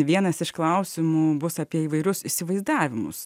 vienas iš klausimų bus apie įvairius įsivaizdavimus